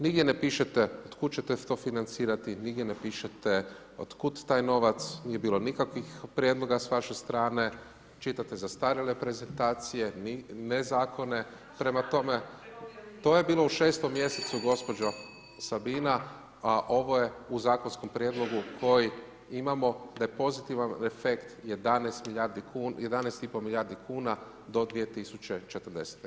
Nigdje ne pišete od kud ćete to financirati, nigdje ne pišete od kud taj novac, nije bilo nikakvih prijedloga s vaše strane, čitate zastarjele prezentacije, ne zakone, prema tome … [[Upadica se ne čuje.]] To je bilo u 6 mjesecu gospođo Sabina, a ovo je u zakonskom prijedlogu koji imamo da je pozitivan efekt 11 i pol milijardi kuna do 2040.